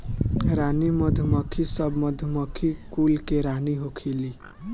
रानी मधुमक्खी सब मधुमक्खी कुल के रानी होखेली